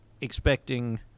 expecting –